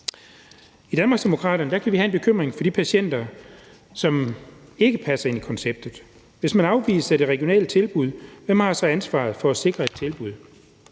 I Danmarksdemokraterne kan vi have en bekymring for de patienter, som ikke passer ind i konceptet. Hvis man er afvist af det regionale tilbud, hvem har så ansvaret for at sikre et tilbud?